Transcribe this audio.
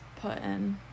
Putin